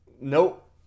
Nope